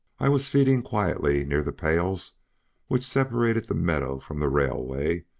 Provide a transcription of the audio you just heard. i was feeding quietly near the pales which separated the meadow from the railway,